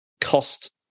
cost